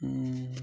ଓ